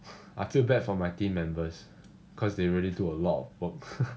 I feel bad for my team members because they really do a lot of work